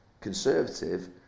conservative